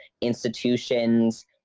institutions